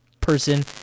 person